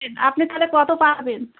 আপনি তাহলে কত পারবেন